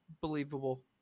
believable